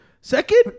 Second